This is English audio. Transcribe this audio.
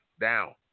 down